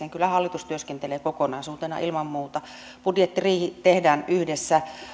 kesken kyllä hallitus työskentelee kokonaisuutena ilman muuta budjettiriihi tehdään yhdessä